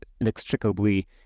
inextricably